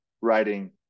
writing